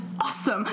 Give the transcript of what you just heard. awesome